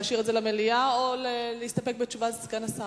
להשאיר את זה למליאה, או להסתפק בתשובת סגן השר?